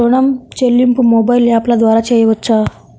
ఋణం చెల్లింపు మొబైల్ యాప్ల ద్వార చేయవచ్చా?